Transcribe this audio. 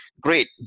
great